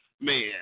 Man